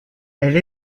elle